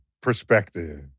perspective